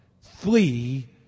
flee